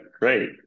great